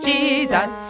Jesus